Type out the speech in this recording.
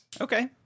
Okay